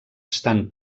estan